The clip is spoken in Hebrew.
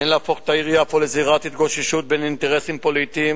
אין להפוך את העיר יפו לזירת התגוששות בין אינטרסים פוליטיים.